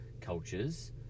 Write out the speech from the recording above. cultures